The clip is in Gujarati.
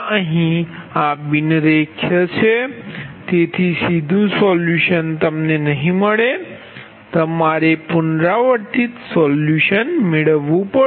અહીં આ બિન રેખીય છે તેથી સીધુ સોલ્યુશન તમને નહીં મળે તમારે પુનરાવર્તિત સોલ્યુશન મેળવવું પડશે